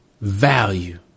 value